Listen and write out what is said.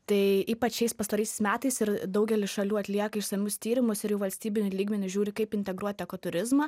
tai ypač šiais pastaraisiais metais ir daugelis šalių atlieka išsamius tyrimus ir jau valstybiniu lygmeniu žiūri kaip integruoti eko turizmą